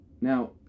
Now